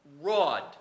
rod